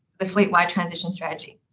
the fleet wide transition strategy.